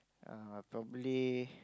err probably